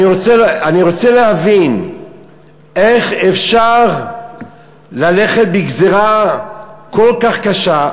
אני רוצה להבין איך אפשר ללכת בגזירה כל כך קשה,